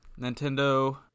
Nintendo